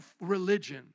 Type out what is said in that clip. religion